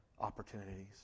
opportunities